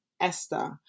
Esther